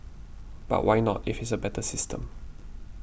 but why not if it's a better system